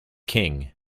king